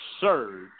surge